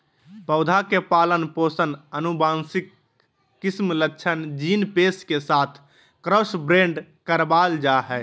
पौधा के पालन पोषण आनुवंशिक किस्म लक्षण जीन पेश के साथ क्रॉसब्रेड करबाल जा हइ